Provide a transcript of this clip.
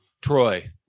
Troy